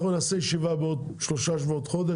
אנחנו נעשה ישיבה בעוד שלושה שבועות-חודש,